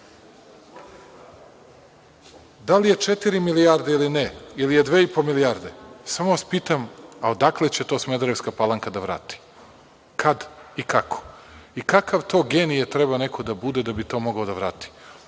da li je četiri milijarde ili ne, ili je 2,5 milijarde, samo vas pitam, a odakle će to Smederevska Palanka da vrati. Kad i kako? I kakav to genije treba neko da bude da bi to mogao da vrati?